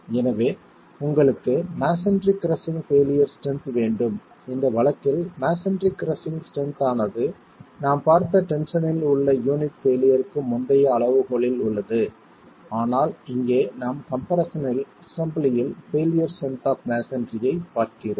எனவே உங்களுக்கு masonry crushing failure strength வேண்டும் இந்த வழக்கில் மஸோன்றி கிரஸ்ஸிங் ஸ்ட்ரென்த் ஆனது நாம் பார்த்த டென்ஷன் இல் உள்ள யூனிட் பெயிலியர்க்கு முந்தைய அளவுகோல் இல் உள்ளது ஆனால் இங்கே நாம் கம்ப்ரெஸ்ஸன் இல் அசெம்பிளியில் பெயிலியர் ஸ்ட்ரென்த் ஆப் மஸோன்றி ஐ பார்க்கிறோம்